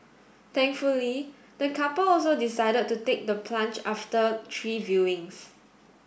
thankfully the couple also decided to take the plunge after three viewings